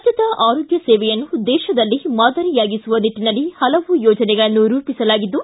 ರಾಜ್ಞದ ಆರೋಗ್ಯ ಸೇವೆಯನ್ನು ದೇಶದಲ್ಲೇ ಮಾದರಿಯಾಗಿಸುವ ನಿಟ್ಟನಲ್ಲಿ ಹಲವು ಯೋಜನೆಗಳನ್ನು ರೂಪಿಸಲಾಗಿದ್ದು